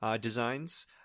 designs